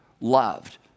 loved